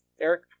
Eric